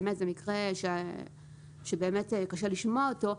באמת זה מקרה שקשה לשמוע אותו,